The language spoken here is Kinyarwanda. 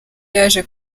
yaje